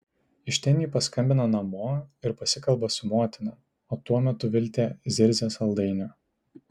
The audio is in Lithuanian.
iš ten ji paskambina namo ir pasikalba su motina o tuo metu viltė zirzia saldainio